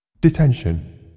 detention